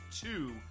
two